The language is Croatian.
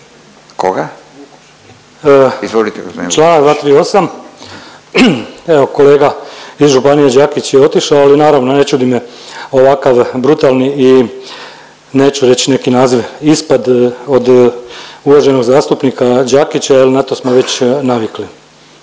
Mate (SDP)** Čl. 238., evo kolega iz županije Đakić je otišao, ali naravno ne čudi me ovakav brutalni i neću reći neki naziv, ispad od uvaženog zastupnika Đakića jel na to smo već navikli,